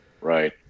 right